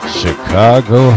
chicago